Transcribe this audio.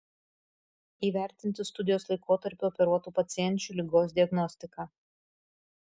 įvertinti studijos laikotarpiu operuotų pacienčių ligos diagnostiką